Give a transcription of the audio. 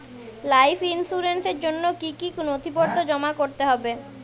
Life ইন্সুরেন্সর জন্য জন্য কি কি নথিপত্র জমা করতে হবে?